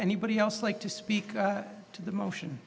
anybody else like to speak to the motion